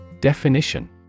definition